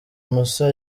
musa